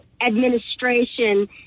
administration